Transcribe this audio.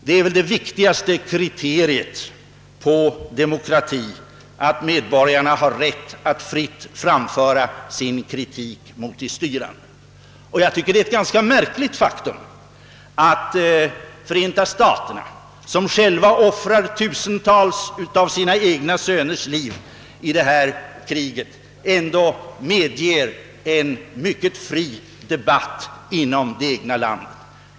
Det viktigaste kriteriet på demokrati är väl just att medborgarna har rätt att fritt framföra sin kritik mot de styrande. Jag tycker att det är ett ganska märkligt faktum att Förenta staterna, som offrar tusentals av sina egna söners liv 1 detta krig, medger en mycket fri debatt inom det egna landet.